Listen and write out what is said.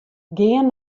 gean